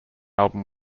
album